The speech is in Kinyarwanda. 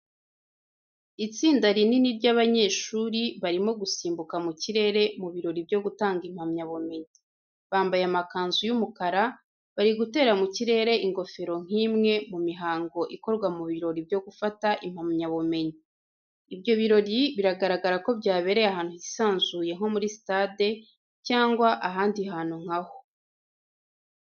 Itsinda rinini ry'abanyeshuri, barimo gusimbuka mu kirere mu birori byo gutanga impamyabumenyi. Bambaye amakanzu y'umukara, bari gutera mu kirere ingofero nk'imwe mu mihango ikorwa mu birori byo gufata impamyabumenyi. Ibyo birori biragaragara ko byabereye ahantu hisanzuye nko muri sitade cyangwa ahandi hantu nka ho.